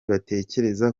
batekereza